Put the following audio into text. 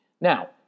Now